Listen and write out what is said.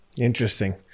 Interesting